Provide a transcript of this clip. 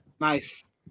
nice